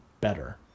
better